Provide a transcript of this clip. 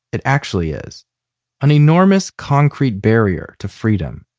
it actually is an enormous concrete barrier to freedom.